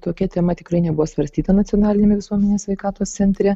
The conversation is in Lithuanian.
tokia tema tikrai nebuvo svarstyta nacionaliniame visuomenės sveikatos centre